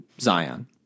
Zion